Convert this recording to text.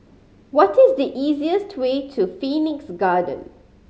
what is the easiest way to Phoenix Garden